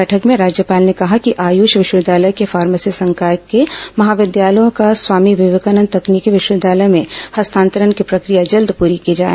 बैठक में राज्यपाल ने कहा कि आयुष विश्वविद्यालय से फार्मेसी संकाय के महाविद्यालयों का स्वामी विवेकानंद तकनीकी विश्वविद्यालय में हस्तांतरण की प्रक्रिया जल्द पूरी की जाए